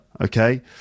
okay